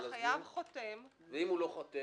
שהחייב חותם --- ואם הוא לא חותם?